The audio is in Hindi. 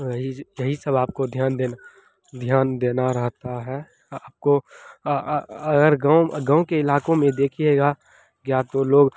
यही यही सब आपको ध्यान देना ध्यान देना रहता है आपको अगर गाँव गाँव के इलाक़ों में देखिएगा या तो लोग